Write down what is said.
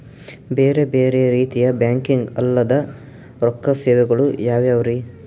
ಬೇರೆ ಬೇರೆ ರೀತಿಯ ಬ್ಯಾಂಕಿಂಗ್ ಅಲ್ಲದ ರೊಕ್ಕ ಸೇವೆಗಳು ಯಾವ್ಯಾವ್ರಿ?